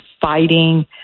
fighting